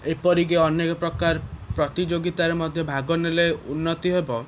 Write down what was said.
ଏପରିକି ଅନେକ ପ୍ରକାର ପ୍ରତିଯୋଗିତାରେ ମଧ୍ୟ ଭାଗନେଲେ ଉନ୍ନତି ହେବ